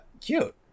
Cute